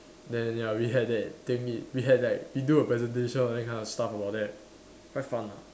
then ya we had that thing we had like we do a presentation all that kind of stuff about that quite fun lah